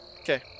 Okay